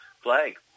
flag